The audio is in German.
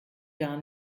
gar